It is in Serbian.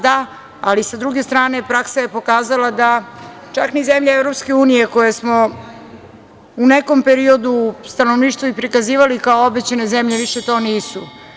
Da, ali sa druge strane praksa je pokazala da, čak ni zemlje Evropske unije koje smo u nekom periodu stanovništvo i prikazivali kao obećane zemlje, više to nisu.